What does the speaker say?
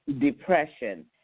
depression